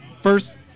first